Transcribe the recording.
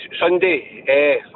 Sunday